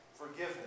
forgiveness